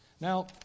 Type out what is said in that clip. Now